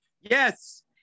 Yes